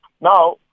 Now